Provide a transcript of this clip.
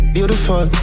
Beautiful